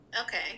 okay